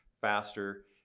faster